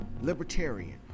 Libertarian